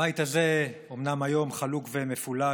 הבית הזה אומנם היום חלוק ומפולג,